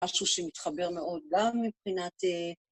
משהו שמתחבר מאוד גם מבחינת...